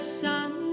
sun